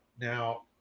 Now